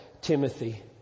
Timothy